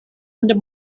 under